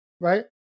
right